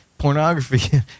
pornography